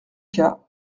cas